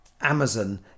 amazon